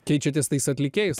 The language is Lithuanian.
keičiatės tais atlikėjais